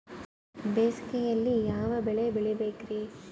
ಬೇಸಿಗೆಯಲ್ಲಿ ಯಾವ ಬೆಳೆ ಬೆಳಿಬೇಕ್ರಿ?